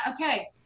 okay